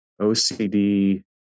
ocd